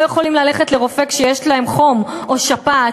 יכולים ללכת לרופא כשיש להם חום או שפעת,